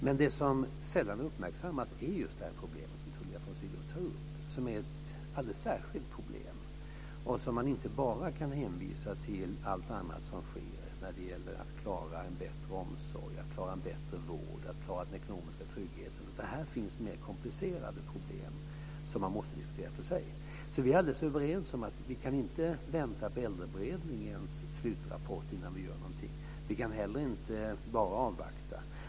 Men det som sällan uppmärksammas är det problem som Tullia von Sydow tar upp och som är ett alldeles särskilt problem och som man inte bara kan hänvisa till allt annat som sker när det gäller att klara en bättre omsorg, att klara en bättre vård och att klara den ekonomiska tryggheten, utan här finns mer komplicerade problem som man måste diskutera för sig. Så vi är alldeles överens om att vi inte kan vänta på Äldreberedningens slutrapport innan vi gör någonting. Vi kan inte heller bara avvakta.